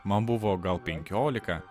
man buvo gal penkiolika